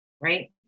right